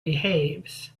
behaves